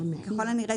ככל הנראה,